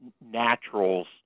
naturals